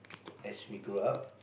as we grow up